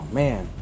man